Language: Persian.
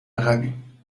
عقبیم